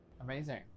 Amazing